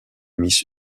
miss